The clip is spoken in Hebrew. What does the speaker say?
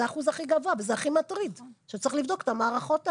זה האחוז הכי גבוה וזה הכי מטריד שצריך לבדוק את המערכות האלה.